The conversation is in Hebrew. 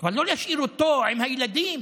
אבל לא להשאיר אותו עם הילדים